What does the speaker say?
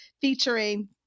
featuring